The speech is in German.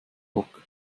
bock